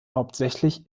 hauptsächlich